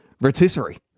rotisserie